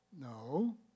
No